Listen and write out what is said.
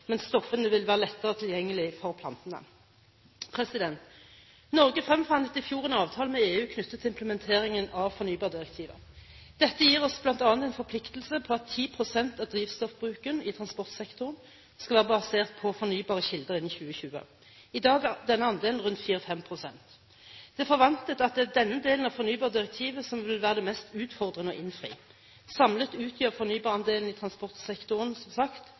men stoffene vil være lettere tilgjengelige for plantene. Norge fremforhandlet i fjor en avtale med EU knyttet til implementeringen av fornybardirektivet. Dette gir oss bl.a. en forpliktelse på at 10 pst. av drivstoffbruken i transportsektoren skal være basert på fornybare kilder innen 2020. I dag er denne andelen rundt 4–5 pst. Det er forventet at det er denne delen av fornybardirektivet som vil være mest utfordrende å innfri. Samlet utgjør fornybarandelen i transportsektoren, som sagt,